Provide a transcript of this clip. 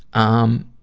um,